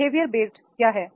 behaviour based क्या है